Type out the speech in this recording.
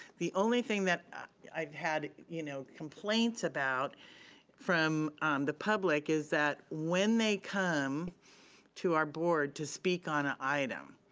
the only thing that i've had you know complaints about from the public is that when they come to our board to speak on an item,